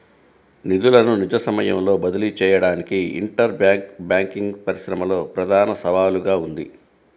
నిధులను నిజ సమయంలో బదిలీ చేయడానికి ఇంటర్ బ్యాంక్ బ్యాంకింగ్ పరిశ్రమలో ప్రధాన సవాలుగా ఉంది